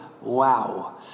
wow